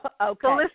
okay